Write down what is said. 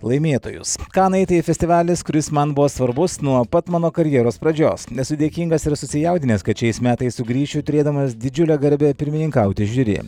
laimėtojus kanai tai festivalis kuris man buvo svarbus nuo pat mano karjeros pradžios esu dėkingas ir susijaudinęs kad šiais metais sugrįšiu turėdamas didžiulę garbę pirmininkauti žiuri